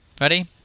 Ready